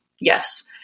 Yes